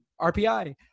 rpi